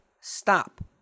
Stop